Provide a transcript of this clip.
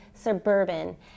suburban